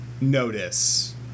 notice